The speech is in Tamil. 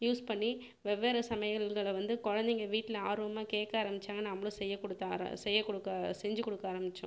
யூஸ் பண்ணி வெவ்வேறு சமையல்களை வந்து குழந்தைங்க வீட்டில் ஆர்வமாக கேட்க ஆரமித்தாங்க நம்மளும் செய்ய கொடுத்த ஆர செய்ய கொடுக்க செஞ்சு கொடுக்க ஆரமித்தோம்